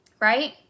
Right